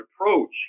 approach